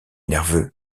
nerveux